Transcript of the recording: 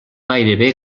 gairebé